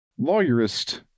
Lawyerist